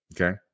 Okay